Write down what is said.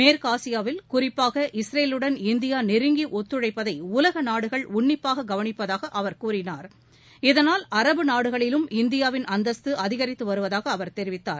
மேற்குஆசியாவில் குறிப்பாக இஸ்ரேலுடன் இந்தியாநெருங்கிஒத்துழைப்பதைஉலகநாடுகள் உன்னிப்பாககவளிப்பதாகஅவர் கூறினார் இதனால் அரபு நாடுகளிலும் இந்தியாவின் அந்தஸ்து அதிகரித்துவருவதாகஅவர் தெரிவித்தார்